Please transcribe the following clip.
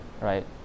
Right